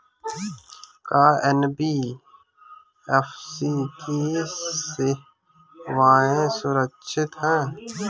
का एन.बी.एफ.सी की सेवायें सुरक्षित है?